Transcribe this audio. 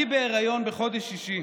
אני בהיריון בחודש שישי.